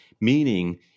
Meaning